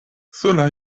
sola